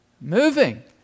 moving